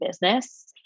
business